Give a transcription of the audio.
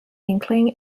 inkling